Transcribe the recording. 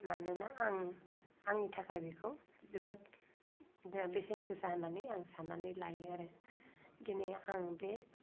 मानोना आं आंनि थाखाय बेखौ जोबोद बेसेन गोसा होननानै आं साननानै लायो आरो दिनै आं बे